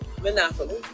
monopoly